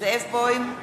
זאב בוים,